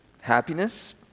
happiness